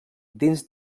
dins